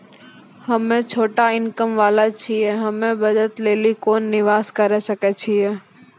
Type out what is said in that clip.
हम्मय छोटा इनकम वाला छियै, हम्मय बचत लेली कोंन निवेश करें सकय छियै?